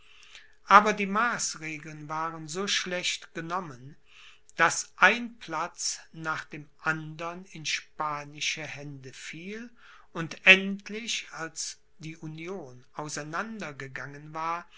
aber die maßregeln waren so schlecht genommen daß ein platz nach dem andern in spanische hände fiel und endlich als die union auseinander gegangen war